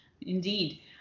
Indeed